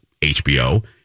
HBO